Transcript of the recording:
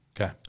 Okay